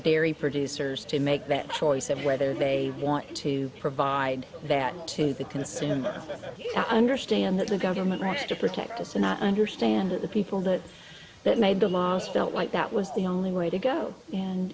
dairy producers to make that choice of whether they want to provide that to the consumer to understand that the government rushed to protect us and i understand that the people that that made the mosque felt like that was the only way to go and